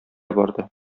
барды